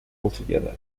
altogether